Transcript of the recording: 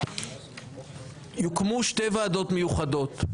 יוקמו שתי ועדות מיוחדות,